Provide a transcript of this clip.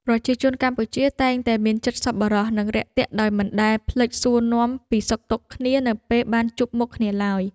ប្រជាជនកម្ពុជាតែងតែមានចិត្តសប្បុរសនិងរាក់ទាក់ដោយមិនដែលភ្លេចសួរនាំពីសុខទុក្ខគ្នានៅពេលបានជួបមុខគ្នាឡើយ។